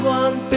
one